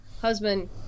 husband